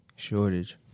Shortage